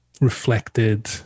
reflected